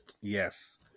Yes